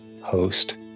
host